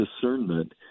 discernment